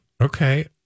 Okay